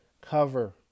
Cover